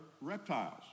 reptiles